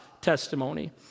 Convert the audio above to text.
testimony